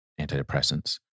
antidepressants